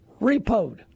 repoed